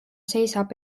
seisab